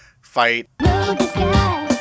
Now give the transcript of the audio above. fight